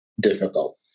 difficult